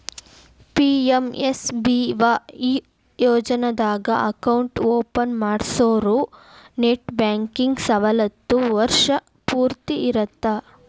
PMSBY ಯೋಜನಾದಾಗ account open ಮಾಡ್ಸಿರೋರು net banking ಸವಲತ್ತು ವರ್ಷ್ ಪೂರ್ತಿ ಇರತ್ತ